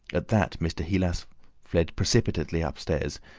at that mr. heelas fled precipitately upstairs,